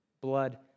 blood